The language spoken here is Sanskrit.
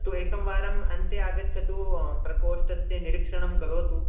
अस्तु एकं वारम् अन्ते आगच्छतु प्रकोष्ठस्य निरीक्षणम् करोतु